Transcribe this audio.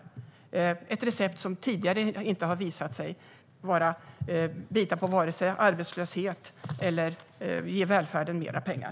Det är ett recept som tidigare har visat sig inte vare sig bita på arbetslöshet eller tillföra välfärden mer pengar.